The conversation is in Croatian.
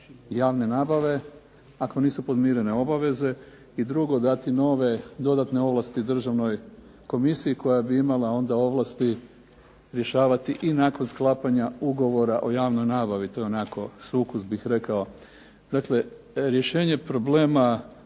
javne nabave, ako nisu podmirene obaveze i drugo dati nove dodatne ovlasti državnoj komisiji koja bi imala ovlasti rješavati i nakon sklapanja ugovora o javnoj nabavi. To je onako sukus bih rekao. Dakle, rješenje problema